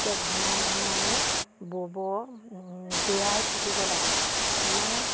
তেতিয়া ঘনাই ঘনাই ব'ব জোৰাই থাকিব লাগে আমাৰ